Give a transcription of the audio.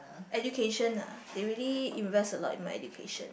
education ah they really invest a lot in my education